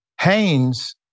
Haynes